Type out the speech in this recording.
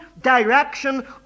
direction